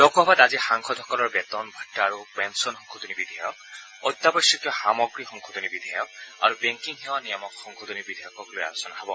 লোকসভাত আজি সাংসদসকলৰ বেতন ভাট্টা আৰু পেন্সন সংশোধনী বিধেয়ক অত্যাৱশ্যকীয় সামগ্ৰী সংশোধনী বিধেয়ক আৰু বেংকিং সেৱা নিয়ামক সংশোধনী বিধেয়কক লৈ আলোচনা হ'ব